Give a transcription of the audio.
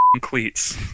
cleats